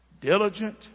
diligent